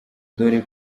dore